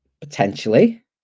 Potentially